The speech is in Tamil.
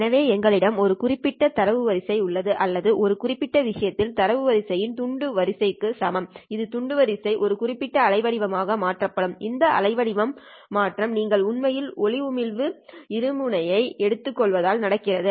எனவே எங்களிடம் ஒரு குறிப்பிட்ட தரவு வரிசை உள்ளது அல்லது இந்த குறிப்பிட்ட விஷயத்தில் தரவு வரிசையின் துண்டு வரிசைக்கு சமம் இந்த துண்டு வரிசை ஒரு குறிப்பிட்ட அலைவடிவம் ஆக மாற்றப்படும் இந்த அலைவடிவம் மாற்றம் நீங்கள் உண்மையில் ஒளிமி இருமுனையை எடுத்து கொள்வதால் நடக்கிறது